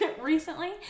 recently